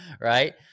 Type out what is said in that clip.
Right